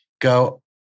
go